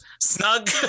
Snug